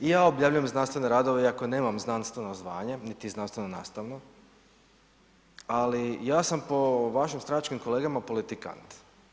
I ja objavljujem znanstvene radove iako nemam znanstveno zvanje, niti znanstveno nastavno, ali ja sam po vašim stranačkim kolegama politikant.